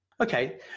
okay